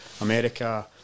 America